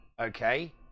okay